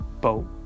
boat